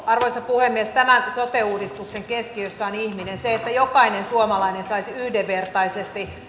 arvoisa puhemies tämän sote uudistuksen keskiössä on ihminen se että jokainen suomalainen saisi yhdenvertaisesti